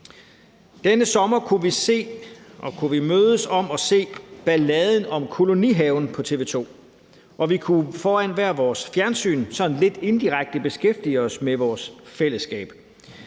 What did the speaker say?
kunne vi se og kunne vi mødes om at se »Balladen om kolonihaven« på TV 2, og vi kunne foran hvert vores fjernsyn sådan lidt indirekte beskæftige os med vores fællesskab